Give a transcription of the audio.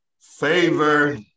Favor